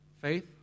Faith